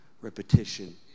repetition